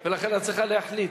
ולכן את צריכה להחליט.